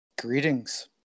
Greetings